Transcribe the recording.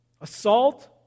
Assault